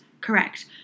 Correct